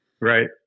Right